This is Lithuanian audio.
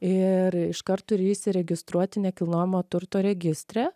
ir iškart turi įsiregistruoti nekilnojamo turto registre